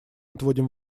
отводим